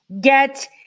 get